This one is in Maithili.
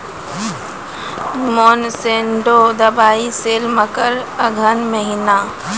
मोनसेंटो दवाई सेल मकर अघन महीना,